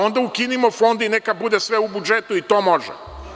Onda ukinimo Fond i neka bude sve u budžetu i to može.